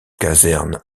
caserne